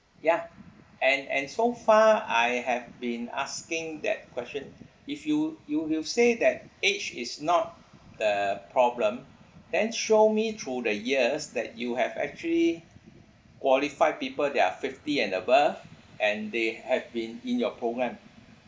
ya and and so far I have been asking that question if you you will say that age is not the problem then show me through the years that you have actually qualify people that are fifty and above and they have been in your program